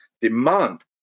demand